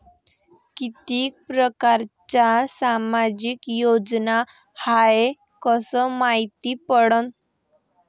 कितीक परकारच्या सामाजिक योजना हाय कस मायती पडन?